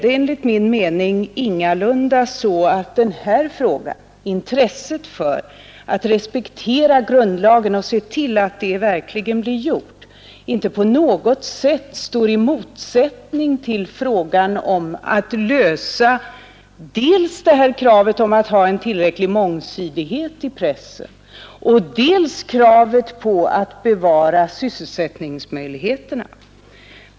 Enligt min mening står intresset för att respektera grundlagen och att se till att den verkligen följs inte på något sätt i motsättning till tillgodoseendet av dels kravet på en tillräcklig mångsidighet i pressen, dels kravet på att bevara sysselsättningsmöjligheterna.